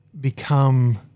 become